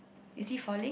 is he falling